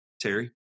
Terry